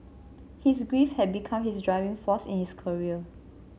his grief had become his driving force in his career